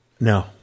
No